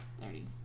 thirty